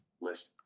List